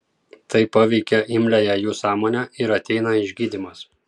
tai paveikia imliąją jų sąmonę ir ateina išgydymas